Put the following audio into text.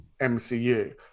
MCU